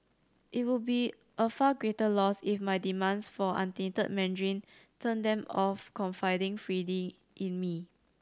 it would be a far greater loss if my demands for untainted Mandarin turned them off confiding freely in me